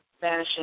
Vanishing